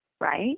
right